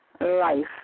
Life